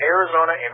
Arizona